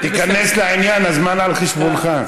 תיכנס לעניין, הזמן על חשבונך.